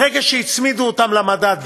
ברגע שהצמידו אותן למדד,